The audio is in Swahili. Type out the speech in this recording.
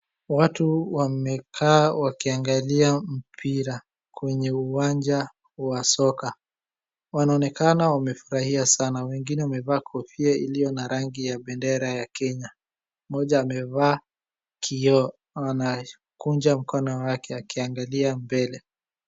Watu wamekaa wakiangalia mpira kwenye uwanja wa soka. Wanaonekana wamefurahia sana. Wengine wamevaa kofia iliyo na rangi ya bendera ya Kenya. Mmoja amevaa kioo anakunja mkono wake akiangalia mbele.